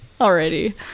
already